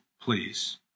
please